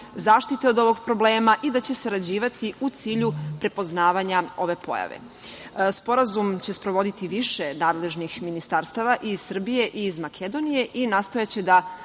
zaštite od ovog problema i da će sarađivati u cilju prepoznavanja ove pojave. Sporazum će sprovoditi više nadležnih ministarstava i iz Srbije i iz Makedonije i nastojaće da